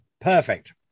Perfect